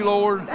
Lord